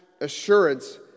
assurance